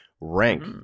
rank